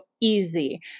easy